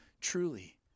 truly